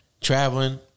Traveling